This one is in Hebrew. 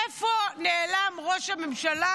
איפה נעלם ראש הממשלה?